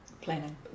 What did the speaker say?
planning